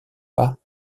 pas